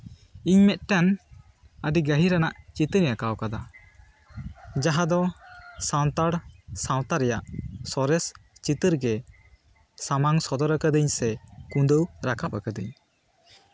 ᱤᱧ ᱢᱤᱫᱴᱟᱝ ᱟᱹᱰᱤ ᱜᱟᱹᱦᱤᱨᱟᱱᱟᱜ ᱪᱤᱛᱟᱹᱨ ᱟᱸᱠᱟᱣ ᱠᱟᱫᱟ ᱡᱟᱦᱟᱸ ᱫᱚ ᱥᱟᱱᱛᱟᱲ ᱥᱟᱶᱛᱟ ᱨᱮᱭᱟᱜ ᱥᱚᱨᱮᱥ ᱪᱤᱛᱟᱹᱨ ᱜᱮ ᱥᱟᱢᱟᱝ ᱥᱚᱫᱚᱨ ᱠᱟᱫᱤᱧ ᱥᱮ ᱠᱩᱫᱟᱹᱣ ᱨᱟᱠᱟᱵ ᱠᱟᱫᱟᱹᱧ